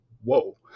whoa